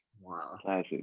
wow